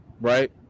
right